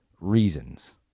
reasons